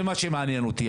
זה מה שמעניין אותי.